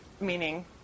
Meaning